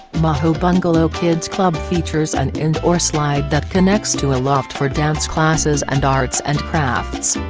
maho bungalow kids club features an indoor slide that connects to a loft for dance classes and arts and crafts,